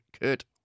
Kurt